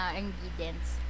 ingredients